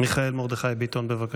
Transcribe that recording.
גם בבית